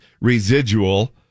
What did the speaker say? residual